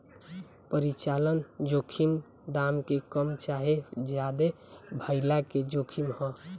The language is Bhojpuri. परिचालन जोखिम दाम के कम चाहे ज्यादे भाइला के जोखिम ह